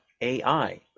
AI